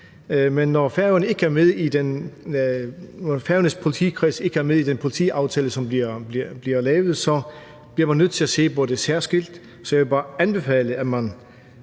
men når Færøernes politikreds ikke er med i den politiaftale, som bliver lavet, så bliver man nødt til at se på det særskilt. Jeg vil bare anbefale, at man